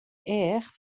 each